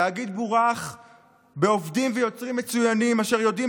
התאגיד בורך בעובדים ויוצרים מצוינים אשר יודעים